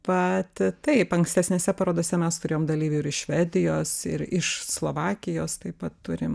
pat taip ankstesnėse parodose mes turėjom dalyvių iš švedijos ir iš slovakijos taip pat turim